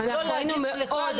לא להגיד: סליחה,